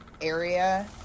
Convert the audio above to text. area